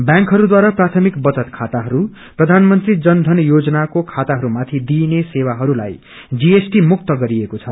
बैंकहरूद्वारा प्राथमिक बचत खाताहरू प्रधानमंत्री जनधन योजनाको खाताहरूमाथि दिइने सेवाहरूलाई जीएसटि मुक्त गरिएको छ